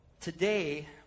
today